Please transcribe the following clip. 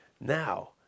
now